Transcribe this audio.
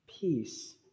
peace